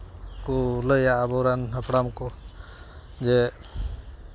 ᱠᱚ ᱞᱟᱹᱭᱟ ᱟᱵᱚ ᱨᱮᱱ ᱦᱟᱯᱲᱟᱢ ᱠᱚ ᱡᱮ